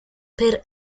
per